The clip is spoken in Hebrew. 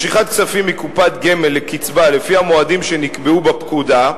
משיכת כספים מקופת גמל לקצבה לפי המועדים שנקבעו בפקודה,